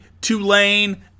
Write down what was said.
Tulane